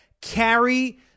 carry